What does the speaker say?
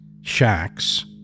shacks